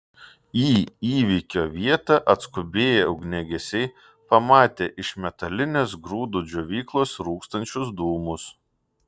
į įvykio vietą atskubėję ugniagesiai pamatė iš metalinės grūdų džiovyklos rūkstančius dūmus